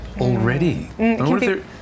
already